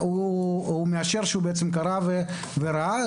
הוא מאשר שהוא קרא וראה.